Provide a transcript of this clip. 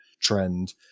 trend